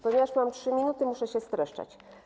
Ponieważ mam 3 minuty, muszę się streszczać.